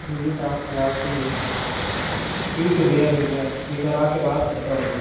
ठीक है भैया फिर मैं एक बार आके बात करता हूँ उधर